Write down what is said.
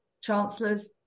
chancellors